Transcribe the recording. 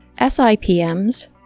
SIPMs